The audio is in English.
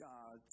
God